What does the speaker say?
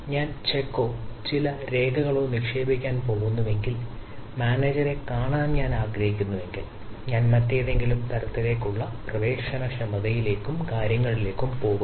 ഞാൻ ചെക്കോ ചില രേഖകളോ നിക്ഷേപിക്കാൻ പോകുന്നുവെങ്കിൽ മാനേജരെ കാണാൻ ഞാൻ ആഗ്രഹിക്കുന്നുവെങ്കിൽ ഞാൻ മറ്റേതെങ്കിലും തലത്തിലേക്കുള്ള പ്രവേശനക്ഷമതയിലേക്കും കാര്യങ്ങളിലേക്കും പോകുന്നു